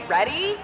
Ready